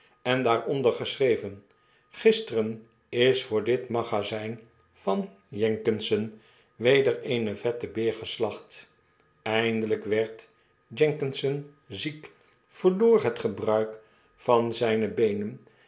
en daaronder geschreven gisteren is voor dit magazyn van jenkinson weder eene vette beer geslacht eindelyk werd jenkinson ziek verloor het gebruik van zyne beenen